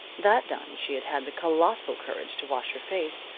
that done, she had had the colossal courage to wash her face,